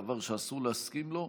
דבר שאסור להסכים לו,